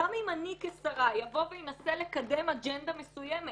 גם אם אני כשרה אנסה לקדם אג'נדה מסוימת